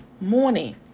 morning